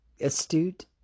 astute